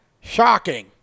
Shocking